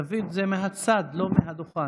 דוד, זה מהצד, לא מהדוכן.